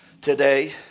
today